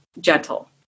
gentle